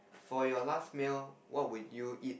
for your last meal what would you eat